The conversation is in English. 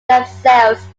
themselves